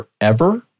forever